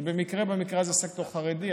זה במקרה הזה הסקטור החרדי,